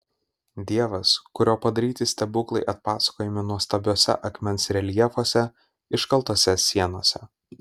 dievas kurio padaryti stebuklai atpasakojami nuostabiuose akmens reljefuose iškaltuose sienose